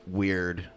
weird